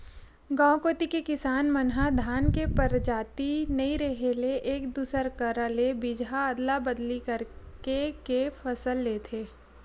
गांव कोती के किसान मन ह धान के परजाति नइ रेहे ले एक दूसर करा ले बीजहा अदला बदली करके के फसल लेथे